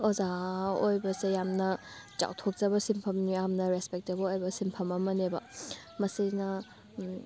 ꯑꯣꯖꯥ ꯑꯣꯏꯕꯁꯦ ꯌꯥꯝꯅ ꯆꯥꯎꯊꯣꯛꯆꯕ ꯁꯤꯟꯐꯝꯅꯤ ꯌꯥꯝꯅ ꯔꯦꯁꯄꯦꯛꯇꯦꯕꯜ ꯑꯣꯏꯕ ꯁꯤꯟꯐꯝ ꯑꯃꯅꯦꯕ ꯃꯁꯤꯅ